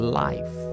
life